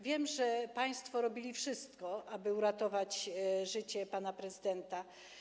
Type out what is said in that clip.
Wiem, że państwo robili wszystko, aby uratować życie pana prezydenta.